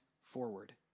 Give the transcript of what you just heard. forward